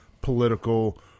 political